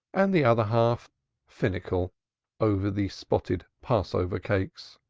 and the other half finical over the spotted passover cakes.